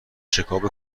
چکاپ